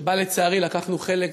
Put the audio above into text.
שבה לצערי לקחנו חלק